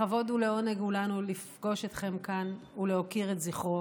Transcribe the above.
לכבוד ולעונג הוא לנו לפגוש אתכם כאן ולהוקיר את זכרו